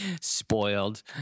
spoiled